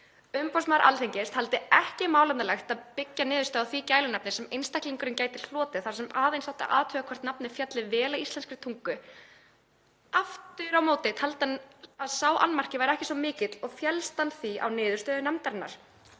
Umboðsmaður Alþingis taldi ekki málefnalegt að byggja niðurstöðu á því gælunafni sem einstaklingurinn gæti hlotið þar sem aðeins væri hægt að athuga hvort nafnið félli vel að íslenskri tungu. Aftur á móti taldi hann að sá annmarki væri ekki svo mikill og féllst hann því á niðurstöður nefndarinnar.